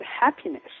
happiness